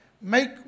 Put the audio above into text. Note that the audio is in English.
make